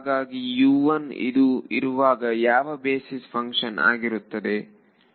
ಹಾಗಾಗಿ ಇದು ಇರುವಾಗ ಯಾವ ಬೇಸಿಸ್ ಫಂಕ್ಷನ್ ಆಗಿರುತ್ತದ